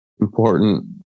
important